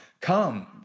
come